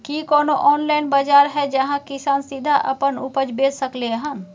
की कोनो ऑनलाइन बाजार हय जहां किसान सीधा अपन उपज बेच सकलय हन?